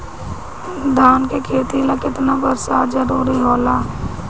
धान के खेती ला केतना बरसात जरूरी होला?